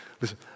Listen